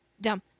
Dumb